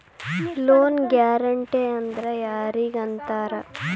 Loan guarantee ಅಂದ್ರ್ ಯಾರಿಗ್ ಅಂತಾರ?